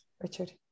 Richard